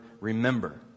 remember